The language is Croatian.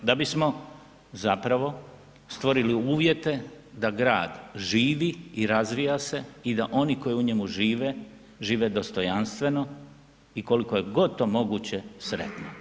Da bismo zapravo stvorili uvjete da grad živi i razvija se i da oni koji u njemu žive, žive dostojanstveno i koliko je god to moguće sretno.